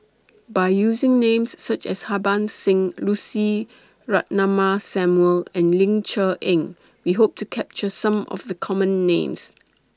By using Names such as Harbans Singh Lucy Ratnammah Samuel and Ling Cher Eng We Hope to capture Some of The Common Names